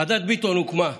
ועדת ביטון הוקמה,